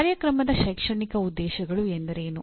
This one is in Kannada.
ಕಾರ್ಯಕ್ರಮದ ಶೈಕ್ಷಣಿಕ ಉದ್ದೇಶಗಳು ಎಂದರೇನು